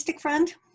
friend